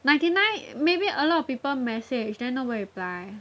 ninety nine maybe a lot of people message then nobody reply